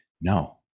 no